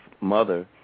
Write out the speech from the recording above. mother